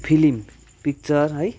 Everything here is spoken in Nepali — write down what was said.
फिलिम पिक्चर है